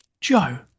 Joe